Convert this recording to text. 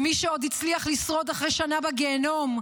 ומי שעוד הצליח לשרוד אחרי שנה בגיהינום,